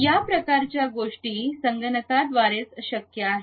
या प्रकारच्या गोष्टी संगणकाद्वारेच शक्य आहेत